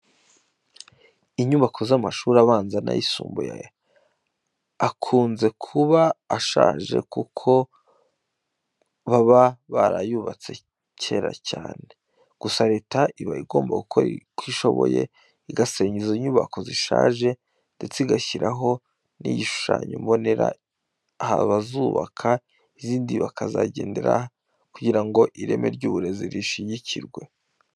Inyubako z'amashuri abanza n'ay'isumbuye akunze kuba ashaje kuko baba barayubatse kera cyane. Gusa Leta iba igomba gukora uko ishoboye igasenya izo nyubako zishaje ndetse igashyiraho n'igishushanyo mbonera abazubaka izindi bazagenderaho kugira ngo ireme ry'uburezi rishyigikirwe.